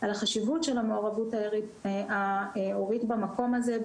על החשיבות של המעורבות ההורית במקום הזה,